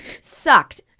sucked